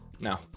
No